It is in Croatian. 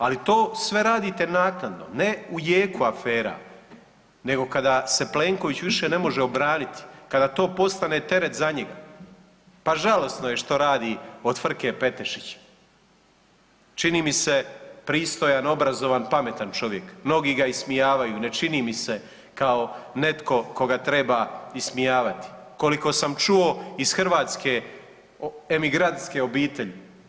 Ali to sve radite naknadno ne u jeku afera, nego kada se Plenković više ne može obraniti, kada to postane teret za njega, pa žalosno je od Frke Petešića, čini mi se pristojan, obrazovan, pametan čovjek, mnogi ga ismijavaju ne čini mi se kao netko koga treba ismijavati, koliko sam čuo iz hrvatske emigrantske obitelji.